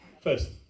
First